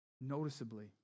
noticeably